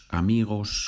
amigos